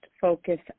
focus